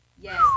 yes